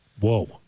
Whoa